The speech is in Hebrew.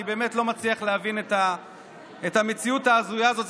אני באמת לא מצליח להבין את המציאות ההזויה הזאת.